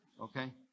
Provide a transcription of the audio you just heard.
Okay